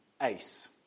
ACE